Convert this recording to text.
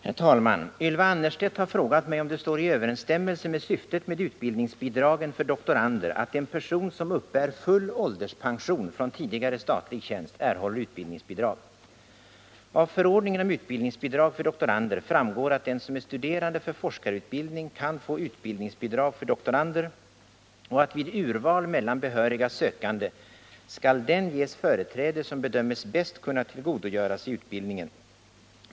Herr talman! Ylva Annerstedt har frågat mig om det står i överensstämmelse med syftet med utbildningsbidragen för doktorander att en person som uppbär full ålderspension från tidigare statlig tjänst erhåller utbildningsbidrag. Av förordningen om utbildningsbidrag för doktorander framgår att den som är studerande för forskarutbildning kan få utbildningsbidrag för doktorander och att vid urval mellan behöriga sökande skall den ges företräde som bedöms bäst kunna tillgodogöra sig utbildningen.